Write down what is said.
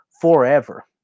forever